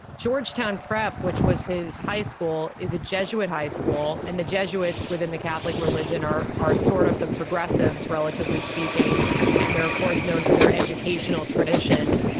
georgetown prep which was his high school is a jesuit high school and the jesuits within the catholic religion are are sort of the progressive's relatively speaking and they're of course known for their educational tradition.